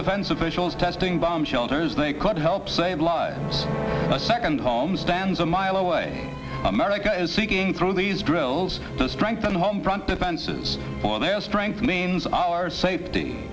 defense officials testing bomb shelters they could help save lives a second home stands a mile away america is sinking through these drills to strengthen the home front defenses for their strength means our safety